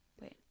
Wait